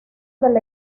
del